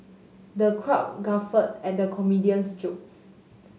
the crowd guffawed at the comedian's jokes